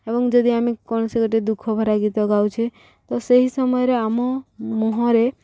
ଏବଂ ଯଦି ଆମେ କୌଣସି ଗୋଟେ ଦୁଃଖ ଭରା ଗୀତ ଗାଉଛେ ତ ସେହି ସମୟରେ ଆମ ମୁହଁରେ